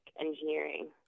engineering